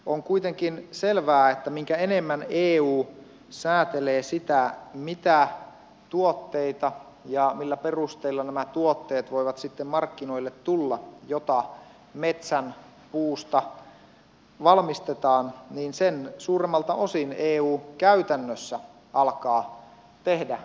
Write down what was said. on kuitenkin selvää että mitä enemmän eu säätelee sitä mitä tuotteita markkinoille tulee ja millä perusteilla nämä tuotteet joita metsän puusta valmistetaan voivat sitten markkinoille tulla niin sen suuremmalta osin eu käytännössä alkaa tehdä metsäpolitiikkaa